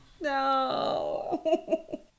No